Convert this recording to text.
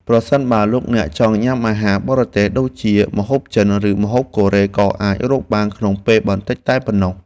ប្រសិនបើលោកអ្នកចង់ញ៉ាំអាហារបរទេសដូចជាម្ហូបចិន ឬម្ហូបកូរ៉េក៏អាចរកបានក្នុងពេលបន្តិចតែប៉ុណ្ណោះ។